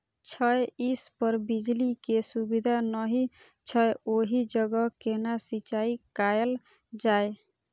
छै इस पर बिजली के सुविधा नहिं छै ओहि जगह केना सिंचाई कायल जाय?